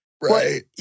Right